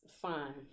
fine